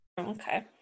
okay